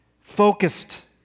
focused